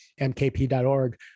mkp.org